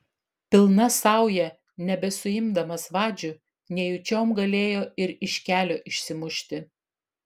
pilna sauja nebesuimdamas vadžių nejučiom galėjo ir iš kelio išsimušti